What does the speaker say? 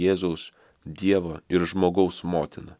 jėzaus dievo ir žmogaus motina